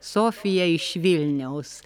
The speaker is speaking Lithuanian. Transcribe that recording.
sofija iš vilniaus